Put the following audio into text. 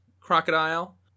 crocodile